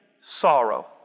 sorrow